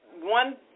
one